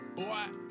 boy